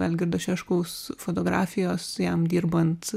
algirdo šeškaus fotografijos jam dirbant